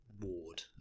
ward